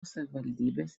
savivaldybės